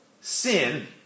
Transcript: sin